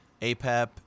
Apep